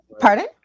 pardon